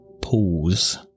pause